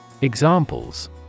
Examples